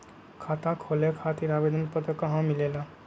खाता खोले खातीर आवेदन पत्र कहा मिलेला?